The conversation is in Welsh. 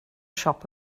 siop